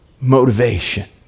motivation